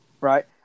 Right